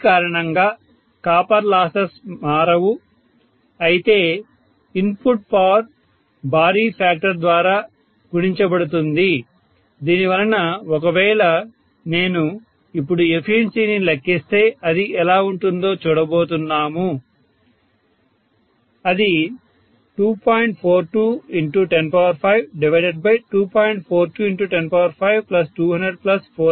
ఈ కారణంగా copper losses మారవు అయితే అవుట్పుట్ పవర్ భారీ ఫ్యాక్టర్ ద్వారా గుణించబడుతుంది దీనివలన ఒకవేళ నేను ఇప్పుడు ఎఫిషియన్సీని లెక్కిస్తే అది ఎలా ఉంటుందో చూడబోతున్నాము అది 2